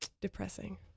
Depressing